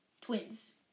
twins